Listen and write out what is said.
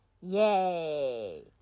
Yay